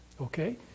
Okay